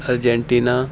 Argentina